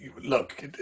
Look